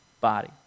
body